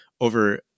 over